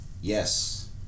Yes